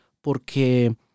porque